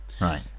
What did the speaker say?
right